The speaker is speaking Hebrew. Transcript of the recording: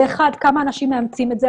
זה אחד כמה אנשים מאמצים את הזה.